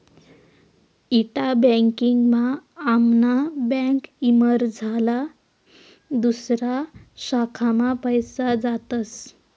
इंटा banking मा आमना बँकमझारला दुसऱा शाखा मा पैसा जातस